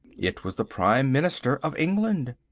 it was the prime minister of england.